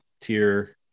tier